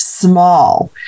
Small